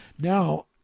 Now